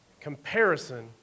comparison